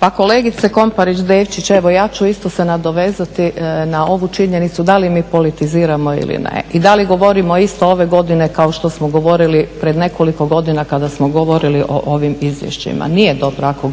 Pa kolegice Komparić Devčić evo ja ću isto se nadovezati na ovu činjenicu da li mi politiziramo ili ne i da li govorimo isto ove godine kao što smo govorili pred nekoliko godina kada smo govorili o ovim izvješćima. Nije to ako govorimo